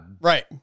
Right